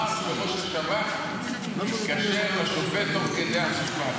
שראש השב"כ התקשר לשופט תוך כדי המשפט,